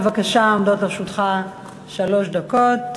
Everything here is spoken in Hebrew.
בבקשה, עומדות לרשותך שלוש דקות.